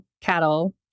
cattle